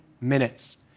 minutes